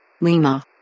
Lima